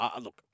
look